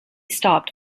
stopped